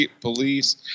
police